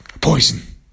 poison